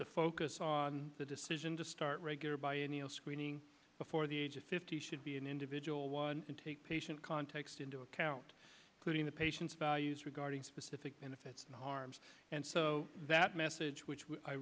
to focus on the decision to start regular biennial screening before the age of fifty should be an individual one and take patient context into account putting the patient's values regarding specific benefits and harms and so that message which i